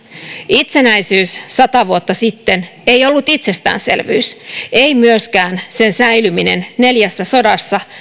itsenäisyys sata vuotta sitten ei ollut itsestäänselvyys ei myöskään sen säilyminen neljässä sodassa